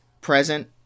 present